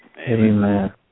Amen